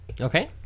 Okay